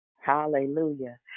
hallelujah